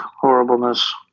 horribleness